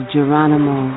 Geronimo